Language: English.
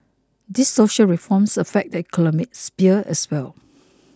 these social reforms affect the economic sphere as well